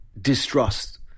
distrust